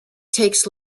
takes